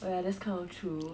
well yeah that's kind of true